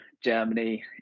Germany